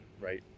right